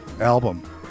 album